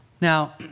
Now